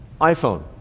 iPhone